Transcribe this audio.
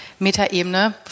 Metaebene